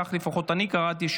וכך לפחות אני קראתי,